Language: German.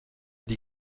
die